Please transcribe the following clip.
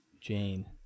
Jane